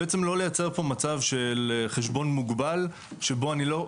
בעצם לא לייצר פה מצב של חשבון מוגבל שבו אני לא,